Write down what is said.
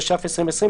התש"ף-2020,